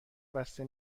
بسته